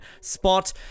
spot